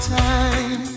time